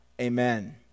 Amen